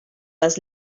les